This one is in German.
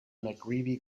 mccreevy